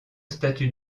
statues